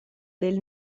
del